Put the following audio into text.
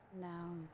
No